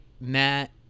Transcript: Matt